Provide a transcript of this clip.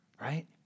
right